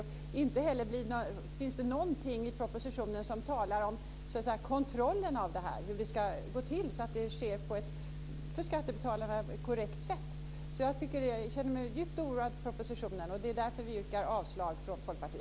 Det finns inte heller någonting i propositionen som talar om kontrollen av det här, hur det ska gå till så att det sker på ett för skattebetalarna korrekt sätt. Jag känner mig djupt oroad inför propositionen. Det är därför vi yrkar avslag från Folkpartiet.